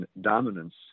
dominance